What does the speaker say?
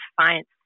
Science